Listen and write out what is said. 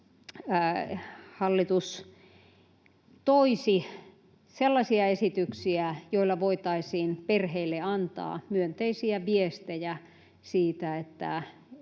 hallitus toisi sellaisia esityksiä, joilla voitaisiin perheille antaa myönteisiä viestejä siitä, että